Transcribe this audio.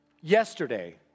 yesterday